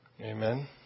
Amen